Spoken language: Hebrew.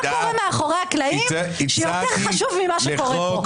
מה קורה מאחורי הקלעים שיותר חשוב ממה שקורה פה?